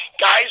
guys